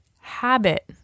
Habit